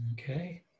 okay